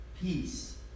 Peace